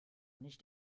nicht